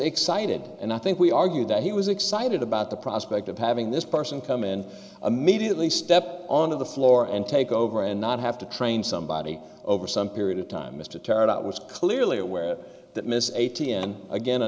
excited and i think we argued that he was excited about the prospect of having this person come in immediately step onto the floor and take over and not have to train somebody over some period of time mr terra that was clearly aware that miss a t n again a